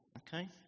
okay